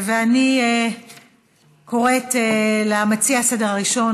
אני קוראת למציע הראשון,